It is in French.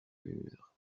mur